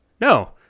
no